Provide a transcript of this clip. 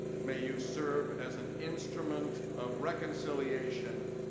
may you serve as an instrument of reconciliation,